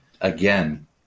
Again